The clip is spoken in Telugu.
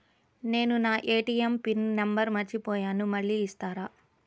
నేను నా ఏ.టీ.ఎం పిన్ నంబర్ మర్చిపోయాను మళ్ళీ ఇస్తారా?